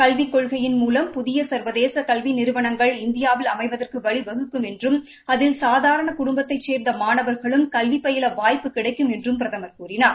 கல்விக் கொள்கையின் மூலம் புதிய சா்வதேச கல்வி நிறுவனங்கள் இந்தியாவில் அமைவதற்கு வழிவகுக்கும் என்றும் அதில் சாதாரண குடும்பத்தைச் சேர்ந்த மாணவர்களும் கல்வி பயில வாய்ப்பு கிடைக்கும் என்றம் பிரதமர் கூறினார்